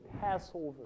Passover